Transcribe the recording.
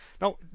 Now